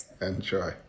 Enjoy